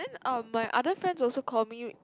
then um my other friends also call me